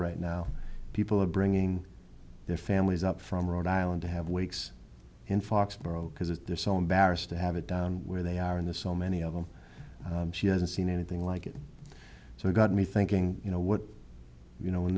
right now people are bringing their families up from rhode island to have wakes in foxborough because they're so embarrassed to have it down where they are in this so many of them she hasn't seen anything like it so it got me thinking you know what you know when